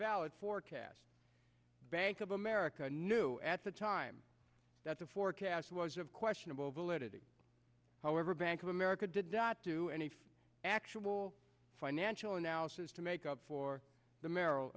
valid forecast bank of america knew at the time that the forecast was of questionable validity however bank of america did not do any actual financial analysis to make up for the merr